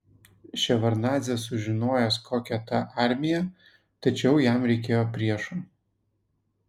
ševardnadzė žinojęs kokia ta armija tačiau jam reikėjo priešo